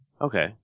Okay